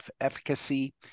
efficacy